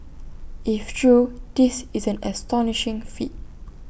if true this is an astonishing feat